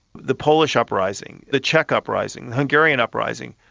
the polish uprising, the czech uprising, the hungarian uprising,